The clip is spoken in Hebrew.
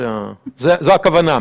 זו הכוונה.